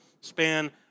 span